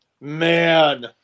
man